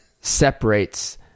separates